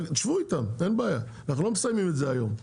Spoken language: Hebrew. אנחנו לא מסיימים את זה היום,